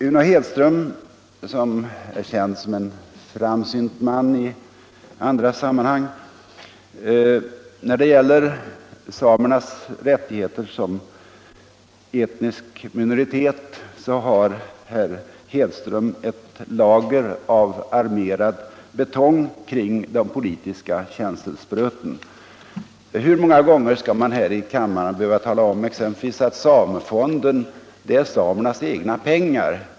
Uno Hedström är känd som en framsynt man i andra sammanhang, men när det gäller samernas rättigheter som etnisk minoritet har herr Hedström ett lager av armerad betong kring de politiska känselspröten. Hur många gånger skall man här i kammaren behöva tala om exempelvis att samefonden är samernas egna pengar?